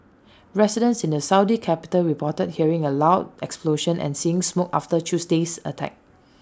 residents in the Saudi capital reported hearing A loud explosion and seeing smoke after Tuesday's attack